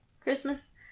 Christmas